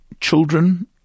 children